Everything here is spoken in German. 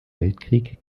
weltkrieg